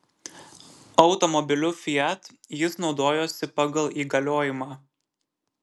automobiliu fiat jis naudojosi pagal įgaliojimą